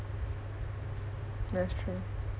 that's true